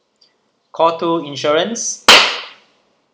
call two insurance